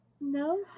no